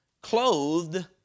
clothed